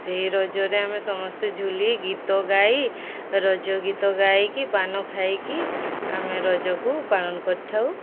ସେହି ରଜରେ ଆମେ ସମସ୍ତେ ଝୁଲି ଗୀତ ଗାଇ ରଜ ଗୀତ ଗାଇକି ପାନ ଖାଇକି ଆମେ ରଜକୁ ପାଳନ କରିଥାଉ